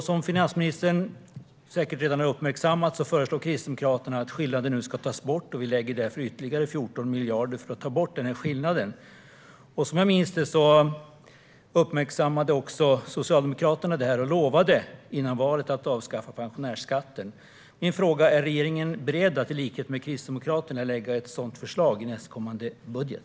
Som finansministern säkert redan har uppmärksammat föreslår Kristdemokraterna att skillnaden nu ska tas bort. Vi lägger därför ytterligare 14 miljarder på att ta bort denna skillnad. Som jag minns det uppmärksammade också Socialdemokraterna detta och lovade före valet att avskaffa pensionärsskatten. Min fråga är: Är regeringen beredd att i likhet med Kristdemokraterna lägga fram ett sådant förslag i nästkommande budget?